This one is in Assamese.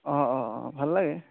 অ অ অ ভাল লাগে